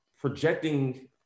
projecting